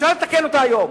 אפשר לתקן אותה היום.